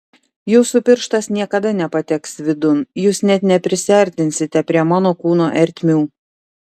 jūsų pirštas niekada nepateks vidun jūs net neprisiartinsite prie mano kūno ertmių